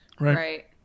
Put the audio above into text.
Right